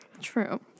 True